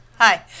hi